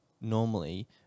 normally